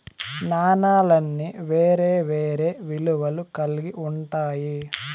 నాణాలన్నీ వేరే వేరే విలువలు కల్గి ఉంటాయి